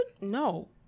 No